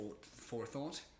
Forethought